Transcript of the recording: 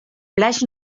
plats